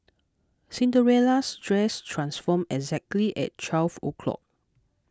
Cinderella's dress transformed exactly at twelve o' clock